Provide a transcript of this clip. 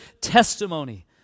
testimony